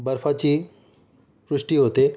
बर्फाची वृष्टी होते